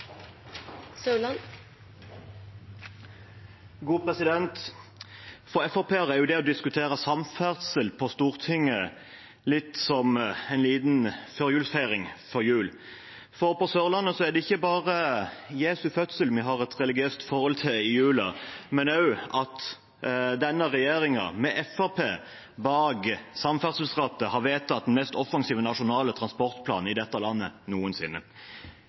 å diskutere samferdsel på Stortinget litt som en liten førjulsfeiring. For på Sørlandet er det ikke bare Jesu fødsel vi har et religiøst forhold til i julen, men også at denne regjeringen, med Fremskrittspartiet bak samferdselsrattet, har vedtatt den mest offensive nasjonale transportplanen i dette landet noensinne.